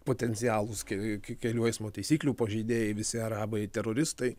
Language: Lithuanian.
potencialūs ke ke kelių eismo taisyklių pažeidėjai visi arabai teroristai